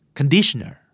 Conditioner